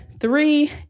three